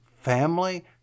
family